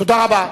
תודה רבה.